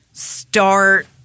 start